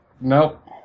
Nope